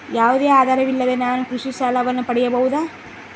ಯಾವುದೇ ಆಧಾರವಿಲ್ಲದೆ ನಾನು ಕೃಷಿ ಸಾಲವನ್ನು ಪಡೆಯಬಹುದಾ?